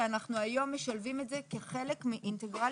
שאנחנו היום משלבים את זה כחלק אינטגרלי